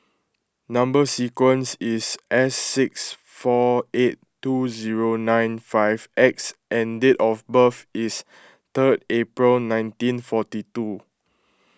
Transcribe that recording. Number Sequence is S six four eight two zero nine five X and date of birth is third April nineteen forty two